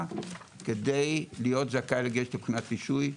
כדי להיות זכאי לגשת לבחינת רישוי,